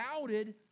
doubted